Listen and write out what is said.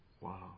wow